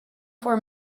for